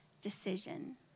decision